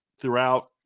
throughout